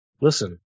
listen